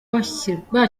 bashyirwa